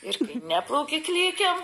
ir neplauki klykiam